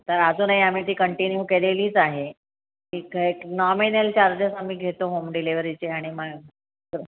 तर अजूनही आम्ही ती कंटिन्यू केलेलीच आहे ती काय एक नॉमिनल चार्जेस आम्ही घेतो होम डिलेवर्हरीचे आणि मग असं